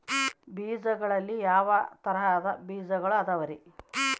ಬೇಜಗಳಲ್ಲಿ ಯಾವ ತರಹದ ಬೇಜಗಳು ಅದವರಿ?